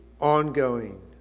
ongoing